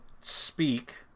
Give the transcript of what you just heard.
speak